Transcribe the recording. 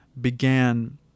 began